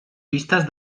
pistes